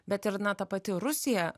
bet ir na ta pati rusija